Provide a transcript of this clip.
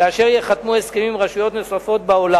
כאשר ייחתמו הסכמים עם רשויות בעולם.